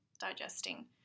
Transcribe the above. digesting